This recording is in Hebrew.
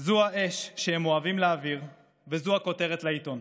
זו האש שהם אוהבים להבעיר וזו הכותרת לעיתון.